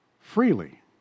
freely